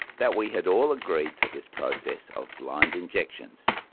that we had all agreed to this process of blind injections.